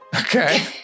Okay